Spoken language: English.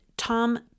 Tom